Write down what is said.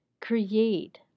create